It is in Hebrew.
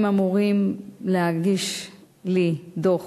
הם אמורים להגיש לי דוח